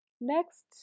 Next